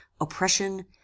oppression